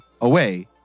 away